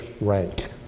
rank